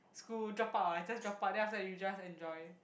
school drop out ah just drop out then after that you just enjoy